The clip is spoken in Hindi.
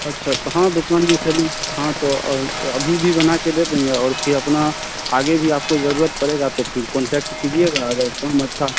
अच्छा तो हाँ दुकान में चली हाँ तो अभी भी बना कर दे देंगे और फिर अपना आगे भी आपको जरूरत पड़ेगा तो फिर कॉन्टैक्ट कीजिएगा अगर काम अच्छा